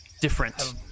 different